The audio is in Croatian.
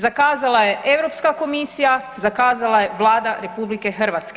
Zakazala je Europska komisija, zakazala je Vlada RH.